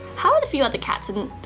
how are the few other cats and and